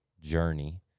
journey